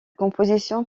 composition